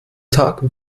tag